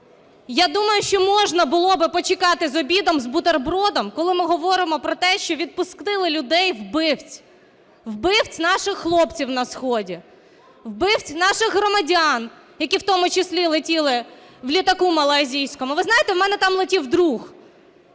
Я думаю, що можна було би почекати з обідом з бутербродом, коли ми говоримо про те, що відпустили людей-вбивць, вбивць наших хлопців на сході, вбивць наших громадян, які в тому числі летіли в літаку малайзійському. Ви знаєте, в мене там летів друг.